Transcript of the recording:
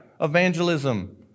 Evangelism